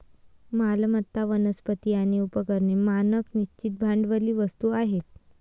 मालमत्ता, वनस्पती आणि उपकरणे मानक निश्चित भांडवली वस्तू आहेत